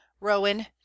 rowan